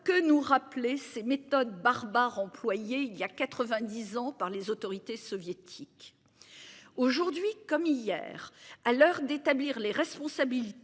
que nous rappeler ces méthodes barbares employé il y a 90 ans par les autorités soviétiques. Aujourd'hui comme hier, à l'heure d'établir les responsabilités.